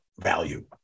value